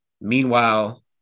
meanwhile